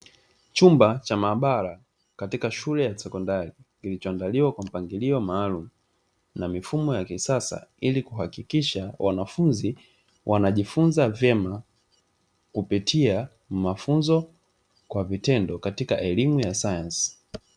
Chumba cha maabara katika shule ya sekondari kilichoandaliwa kwa mpangilio maalumu na mifumo ya kisasa, ili kuhakikisha wanafunzi wanajifunza vyema kupitia mafunzo kwa vitendo katika elimu ya sayansi.